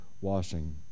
washing